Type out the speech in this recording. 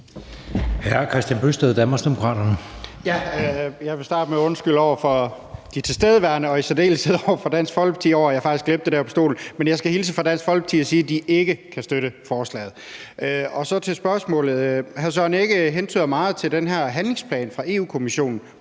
20:55 Kristian Bøgsted (DD): Jeg vil starte med at undskylde over for de tilstedeværende og i særdeleshed over for Dansk Folkeparti for, at jeg faktisk glemte at sige det på talerstolen, men jeg skal hilse fra Dansk Folkeparti og sige, at de ikke kan støtte forslaget. Så har jeg et spørgsmål. Hr. Søren Egge Rasmussen henviser meget til den her handlingsplan fra Europa-Kommissionen